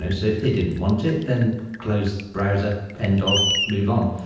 so so if they didn't want it, then close browser. pend off, move on.